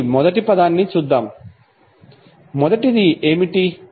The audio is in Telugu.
కాబట్టి మొదటిదాన్ని చూద్దాం మొదటిది ఏమిటి